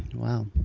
wow.